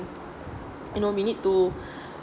you know we need to